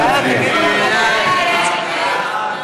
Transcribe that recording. נא להצביע.